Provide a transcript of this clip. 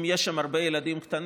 אם יש הרבה ילדים קטנים,